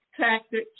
tactics